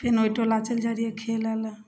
फेन ओहि टोला चलि जाइ रहिए खेलैलए